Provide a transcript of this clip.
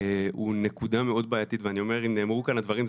הוא נקודה מאוד בעייתית אומר שאם נאמרו פה הדברים,